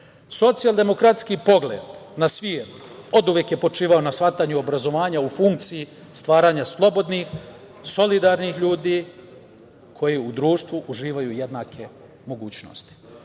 školi. Socijaldemokratski pogled na svet oduvek je počivao na shvatanju obrazovanja u funkciji stvaranja slobodnih, solidarnih ljudi koji u društvu uživaju jednake mogućnosti. Na